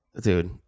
Dude